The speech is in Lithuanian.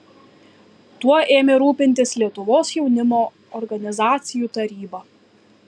tuo ėmė rūpintis lietuvos jaunimo organizacijų taryba